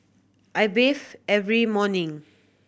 I bathe every morning